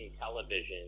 television